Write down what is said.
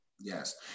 Yes